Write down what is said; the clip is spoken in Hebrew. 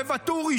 וואטורי,